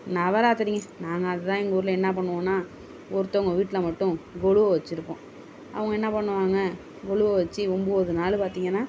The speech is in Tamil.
நவராத்திரிங்க அதனால் தான் எங்கள் ஊரில் என்னா பண்ணுவோம்னா ஒருத்தவங்க வீட்டில் மட்டும் கொலு வச்சுருப்போம் அவங்க என்ன பண்ணுவாங்க கொலுவை வச்சு ஒன்போது நாள் பார்த்திங்கன்னா